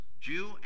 Jew